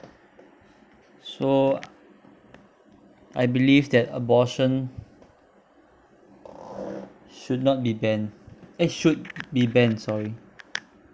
so I believe that abortion should not be banned eh should be banned sorry